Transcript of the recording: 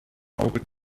auge